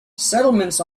settlements